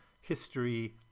history